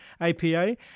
APA